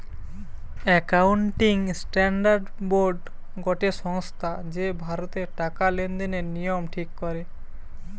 accounting standard board গটে সংস্থা যে ভারতের টাকা লেনদেনের নিয়ম ঠিক করে